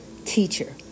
teacher